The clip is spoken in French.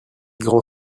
grand